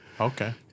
Okay